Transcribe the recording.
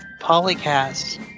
Polycast